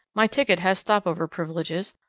my ticket has stopover privileges.